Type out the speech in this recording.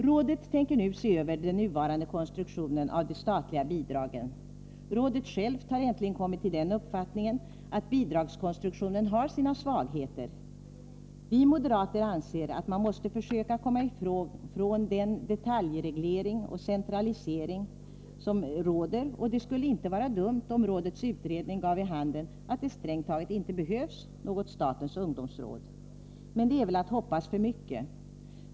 Rådet tänker nu se över den nuvarande konstruktionen av de statliga bidragen. Rådet självt har äntligen kommit till den uppfattningen att bidragskonstruktionen har sina svagheter. Vi moderater anser att man måste försöka komma ifrån den detaljreglering och centralisering som råder, och det skulle inte vara dumt om rådets utredning gav vid handen att det strängt taget inte behövs något statens ungdomsråd. Men det är väl att hoppas för mycket.